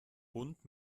bund